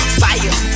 fire